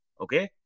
Okay